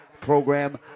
program